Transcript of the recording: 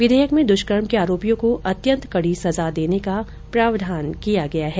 विधेयक में दूष्कर्म के आरोपियों को अत्यंत कड़ी सजा देने का प्रावधान किया गया है